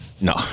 no